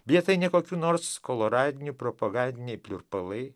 vietoj nekokių nors koloradinių propagandiniai pliurpalai